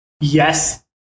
yes